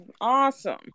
Awesome